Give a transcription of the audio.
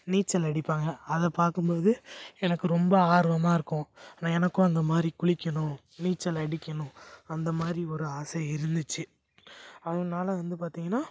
நீச்சல் அடிப்பாங்க அதை பார்க்கும் போது எனக்கு ரொம்ப ஆர்வமாக இருக்கும் ஆனால் எனக்கும் அந்த மாதிரி குளிக்கணும் நீச்சல் அடிக்கணும் அந்த மாதிரி ஒரு ஆசை இருந்துச்சு அதனால வந்து பார்த்திங்கனா